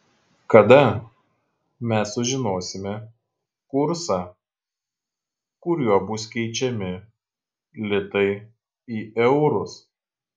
kada mes sužinosime kursą kuriuo bus keičiami litai į eurus